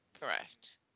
Correct